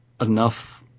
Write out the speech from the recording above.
enough